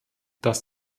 das